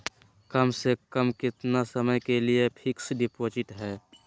कम से कम कितना समय के लिए फिक्स डिपोजिट है?